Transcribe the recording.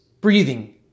breathing